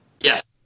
Yes